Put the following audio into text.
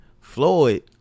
Floyd